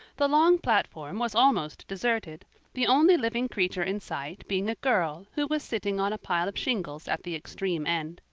the long platform was almost deserted the only living creature in sight being a girl who was sitting on a pile of shingles at the extreme end.